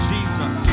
Jesus